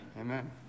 Amen